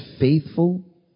faithful